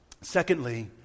Secondly